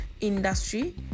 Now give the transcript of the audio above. industry